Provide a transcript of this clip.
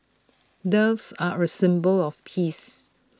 doves are A symbol of peace